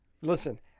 listen